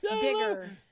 digger